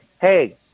hey